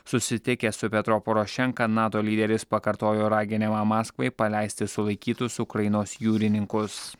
susitikęs su petro porošenka nato lyderis pakartojo raginimą maskvai paleisti sulaikytus ukrainos jūrininkus